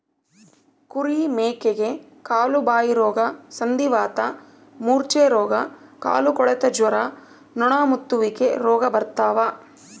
ಕುರಿ ಮೇಕೆಗೆ ಕಾಲುಬಾಯಿರೋಗ ಸಂಧಿವಾತ ಮೂರ್ಛೆರೋಗ ಕಾಲುಕೊಳೆತ ಜ್ವರ ನೊಣಮುತ್ತುವಿಕೆ ರೋಗ ಬರ್ತಾವ